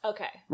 Okay